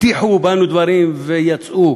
הטיחו בנו דברים ויצאו,